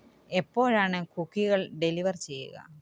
എപ്പോഴാണ് കുക്കികൾ ഡെലിവർ ചെയ്യുക